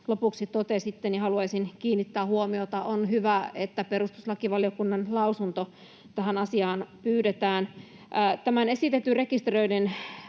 lopuksi totesitte, haluaisin kiinnittää huomiota. On hyvä, että perustuslakivaliokunnan lausunto tähän asiaan pyydetään. Tämän esitetyn rekisterin